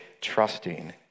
trusting